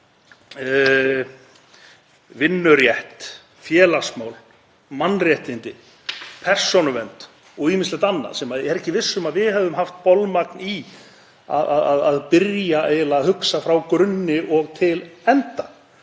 vinnurétt, félagsmál, mannréttindi, persónuvernd og ýmislegt annað sem ég er ekki viss um að við hefðum haft bolmagn í að byrja eða hugsa frá grunni og til enda.